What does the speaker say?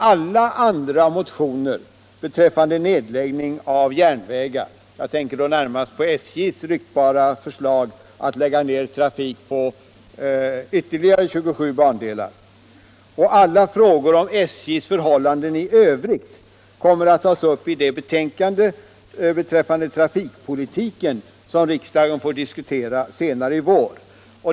Alla andra motioner beträffande nedläggning av järnvägar — jag tänker på SJ:s ryktbara förslag att lägga ned trafik på ytterligare 27 bandelar — och alla frågor om SJ:s förhållanden i övrigt kommer att tas upp i det betänkande beträffande trafikpolitiken som riksdagen får diskutera senare i vår.